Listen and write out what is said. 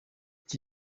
iki